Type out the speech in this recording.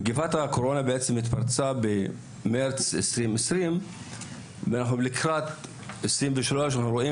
מגפת הקורונה התפרצה במרץ 2020 ואנחנו לקראת 23' ורואים